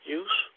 use